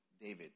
David